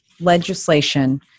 legislation